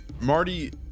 Marty